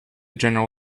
general